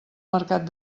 mercat